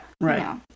Right